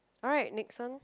alright next one